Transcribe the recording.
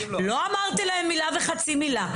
לא אמרתם להם מילה וחצי מילה.